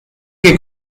que